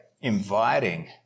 inviting